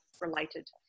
related